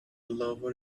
lower